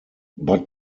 but